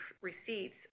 receipts